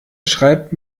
schreibt